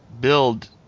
build